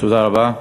תודה רבה.